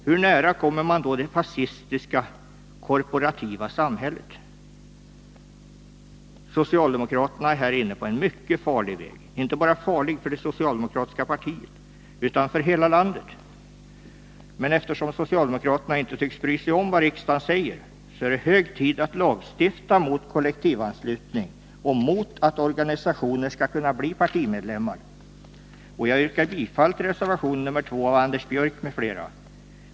Hur nära kommer man då det fascistiska korporativa samhället? Socialdemokraterna är här inne på en mycket farlig väg — inte bara farlig för det socialdemokratiska partiet utan för hela landet. Eftersom socialdemokraterna inte tycks bry sig om vad riksdagen säger, så är det hög tid att lagstifta mot kollektivanslutning och mot att organisationer skall kunna bli partimedlemmar. Jag yrkar bifall till reservationen nr 2 av Anders Björck m.fl.